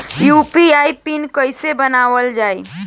UPI PIN कइसे बनावल जाला?